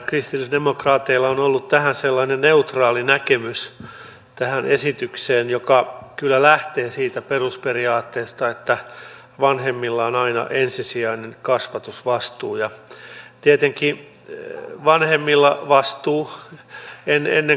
kristillisdemokraateilla on ollut sellainen neutraali näkemys tähän esitykseen joka kyllä lähtee siitä perusperiaatteesta että vanhemmilla on aina ensisijainen kasvatusvastuu tietenkin vanhemmilla on vastuu ennen kaikkea